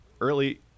early